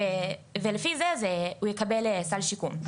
ולפי זה הוא יקבל סל שיקום.